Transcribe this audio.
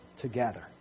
Together